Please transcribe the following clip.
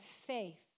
faith